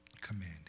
commanding